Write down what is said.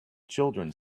children